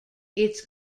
its